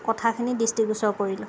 কথাখিনি দৃষ্টিগোচৰ কৰিলোঁ